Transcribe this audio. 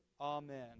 Amen